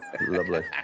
Lovely